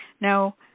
Now